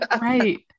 Right